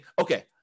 okay